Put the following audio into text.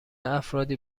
افرادی